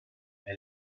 mais